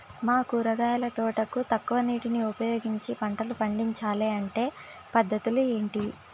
మా కూరగాయల తోటకు తక్కువ నీటిని ఉపయోగించి పంటలు పండించాలే అంటే పద్ధతులు ఏంటివి?